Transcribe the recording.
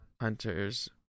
hunters